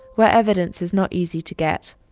where evidence is not easy to get?